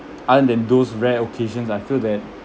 other than those rare occasions I feel that